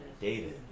David